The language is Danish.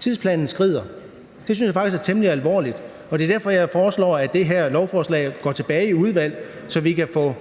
Tidsplanen skrider. Det synes jeg faktisk er temmelig alvorligt, og det er derfor, jeg foreslår, at det her lovforslag går tilbage i udvalget, så vi kan få